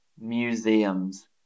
Museums